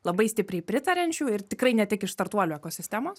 labai stipriai pritariančių ir tikrai ne tik iš startuolių ekosistemos